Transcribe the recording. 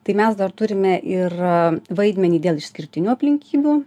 tai mes dar turime ir vaidmenį dėl išskirtinių aplinkybių